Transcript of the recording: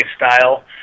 lifestyle